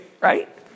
right